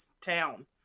town